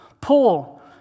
Paul